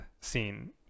scene